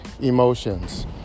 emotions